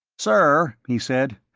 sir, he said,